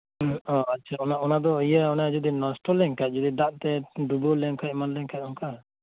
ᱦᱮᱸ ᱚᱻ ᱟᱪᱪᱷᱟ ᱚᱱᱟ ᱚᱱᱟ ᱫᱚ ᱤᱭᱟᱹ ᱡᱩᱫᱤ ᱱᱚᱥᱴᱚ ᱞᱮᱱᱠᱷᱟᱱ ᱡᱩᱫᱤ ᱫᱟᱜ ᱛᱮ ᱰᱩᱵᱟᱹᱣ ᱞᱮᱱ ᱠᱷᱟᱱ ᱮᱢᱟᱱ ᱞᱮᱱᱠᱷᱟᱱ ᱚᱱᱠᱟ